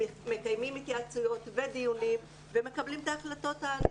מקיימים התייעצויות ודיונים ומקבלים את ההחלטות הנדרשות.